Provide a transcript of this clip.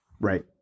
Right